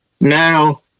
Now